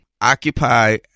Occupy